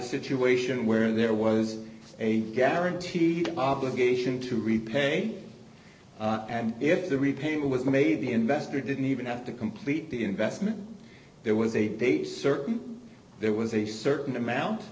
situation where there was a guaranteed obligation to repay and if the repayment was made the investor didn't even have to complete the investment there was a date certain there was a certain amount